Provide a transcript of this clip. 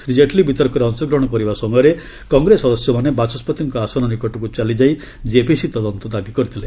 ଶ୍ରୀ ଜେଟଲୀ ବିତର୍କରେ ଅଂଶଗ୍ରହଣ କରିବା ସମୟରେ କଂଗ୍ରେସ ସଦସ୍ୟମାନେ ବାଚସ୍ୱତିଙ୍କ ଆସନ ନିକଟକୁ ଚାଲିଯାଇ କେପିସି ତଦନ୍ତ ଦାବି କରିଥିଲେ